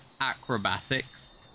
acrobatics